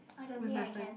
I don't think I can